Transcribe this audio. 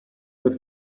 wird